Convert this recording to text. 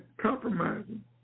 compromising